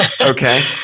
Okay